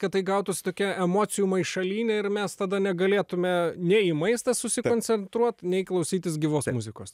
kad tai gautųs tokia emocijų maišalynė ir mes tada negalėtume nei į maistą susikoncentruot nei klausytis gyvos muzikos